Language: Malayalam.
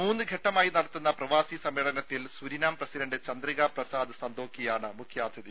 മൂന്ന് ഘട്ടമായി നടത്തുന്ന പ്രവാസി സമ്മേളനത്തിൽ സുരിനാം പ്രസിഡന്റ് ചന്ദ്രിക പ്രസാദ് സന്തോക്കിയാണ് മുഖ്യാതിഥി